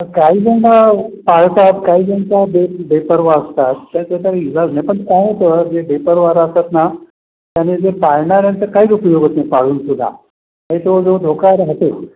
आता काहीजणं पाळतात काही जण आता बे बेपर्वा असतात त्यात आता इलाज नाही पण काय होतं जे बेपर्वा असतात ना त्याने जे पाळणाऱ्यांचा काहीच उपयोग होत नाही पाळूनसुद्धा नाही तो जो धोका राहतोच